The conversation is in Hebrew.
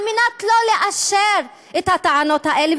אני מציעה פתרון אובייקטיבי כדי שלא לאשר את הטענות האלה.